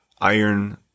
iron